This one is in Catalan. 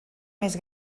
més